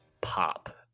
pop